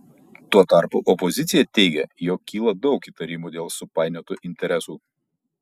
tuo tarpu opozicija teigia jog kyla daug įtarimų dėl supainiotų interesų